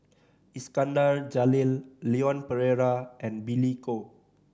Iskandar Jalil Leon Perera and Billy Koh